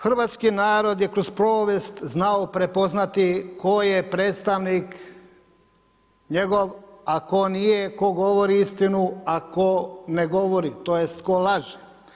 Hrvatski narod je kroz povijest znao prepoznati tko je predstavnik njegov, a tko nije, tko govori istinu, a tko ne govori, tj. tko laže.